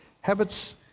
Habits